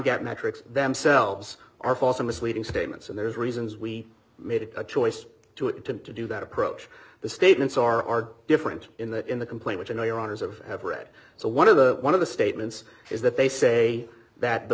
het metrics them selves are false or misleading statements and there's reasons we made a choice to attempt to do that approach the statements are different in that in the complaint which i know your honour's of have read so one of the one of the statements is that they say that the